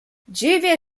dziwię